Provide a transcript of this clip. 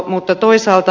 mutta toisaalta